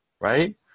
Right